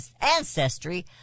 ancestry